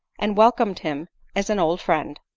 and welcomed him as an old friend.